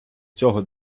цього